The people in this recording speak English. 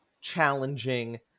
challenging